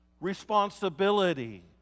responsibility